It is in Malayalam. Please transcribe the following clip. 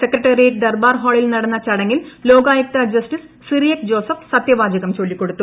സെക്രട്ടേറിയറ്റ് ദർബാർ ഹാളിൽ നടന്ന ചടങ്ങിൽ ലോകായുക്ത ജസ്റ്റിസ് സിറിയക് ജോസഫ് സത്യവാചകും പൊല്ലികൊടുത്തു